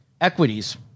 equities